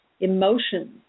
emotions